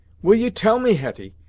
will you tell me, hetty,